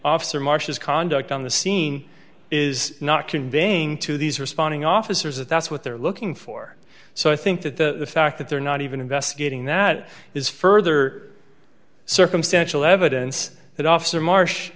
officer marsh's conduct on the scene is not conveying to these responding officers if that's what they're looking for so i think that the fact that they're not even investigating that is further circumstantial evidence that officer marsh